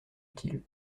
utile